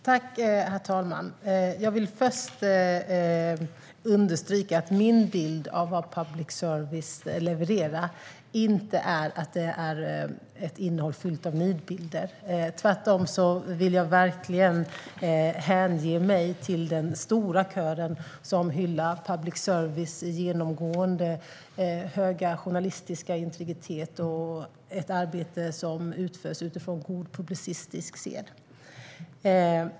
Herr talman! Jag vill först understryka att min bild av vad public service levererar inte är att innehållet är fyllt av nidbilder. Tvärtom vill jag verkligen sälla mig till den stora kör som hyllar public services genomgående höga journalistiska integritet och dess arbete, som utförs i enlighet med god publicistisk sed.